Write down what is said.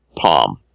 palm